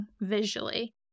visually